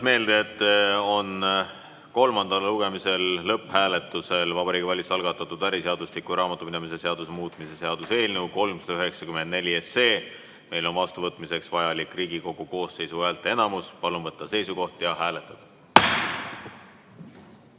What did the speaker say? meelde, et kolmandal lugemisel on lõpphääletusel Vabariigi Valitsuse algatatud äriseadustiku ja raamatupidamise seaduse muutmise seaduse eelnõu 394. Meil on vastuvõtmiseks vaja Riigikogu koosseisu häälteenamust. Palun võtta seisukoht ja hääletada!